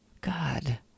God